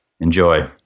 Enjoy